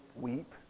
weep